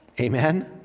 Amen